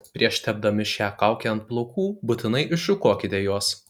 prieš tepdami šią kaukę ant plaukų būtinai iššukuokite juos